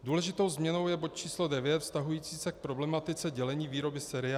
Důležitou změnou je bod číslo 9 vztahující se k problematice dělení výroby seriálů.